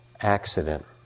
Accident